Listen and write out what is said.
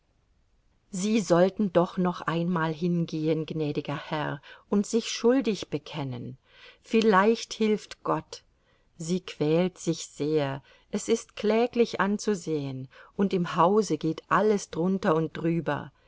sie sollten doch noch einmal hingehen gnädiger herr und sich schuldig bekennen vielleicht hilft gott sie quält sich sehr es ist kläglich anzusehen und im hause geht alles drunter und drüber